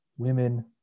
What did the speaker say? Women